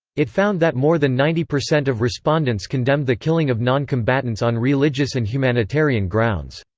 it found that more than ninety percent of respondents condemned the killing of non-combatants on religious and humanitarian grounds.